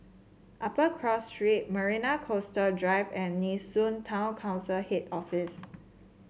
Upper Cross Street Marina Coastal Drive and Nee Soon Town Council Head Office